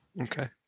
Okay